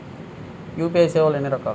UPI సేవలు ఎన్నిరకాలు?